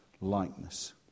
likeness